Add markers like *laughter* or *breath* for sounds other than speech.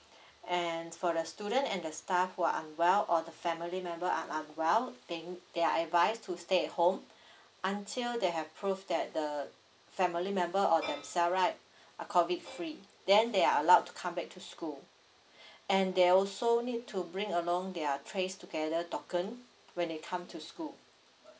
*breath* and for the student and the staff who are well or the family member are they n~ they are advised to stay at home *breath* until they have proof that the family member or themselves right *breath* are COVID free then they are allowed to come back to school *breath* and they also need to bring along their trace together token when they come to school